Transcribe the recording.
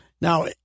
Now